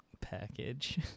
package